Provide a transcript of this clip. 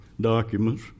documents